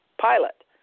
pilot